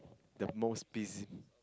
the most busy